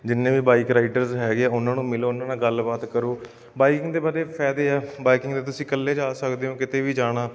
ਜਿੰਨੇ ਵੀ bike riders ਹੈਗੇ ਆ ਉਹਨਾਂ ਨੂੰ ਮਿਲੋ ਉਹਨਾਂ ਨਾਲ ਗੱਲਬਾਤ ਕਰੋ ਬਾਈਕਿੰਗ ਬਾਈਕਿੰਗ ਦੇ ਬੜੇ ਫਾਇਦੇ ਆ ਬਾਈਕਿੰਗ ਬਾਈਕਿੰਗ 'ਤੇ ਤੁਸੀਂ ਇਕੱਲੇ ਜਾ ਸਕਦੇ ਹੋ ਕਿਤੇ ਵੀ ਜਾਣਾ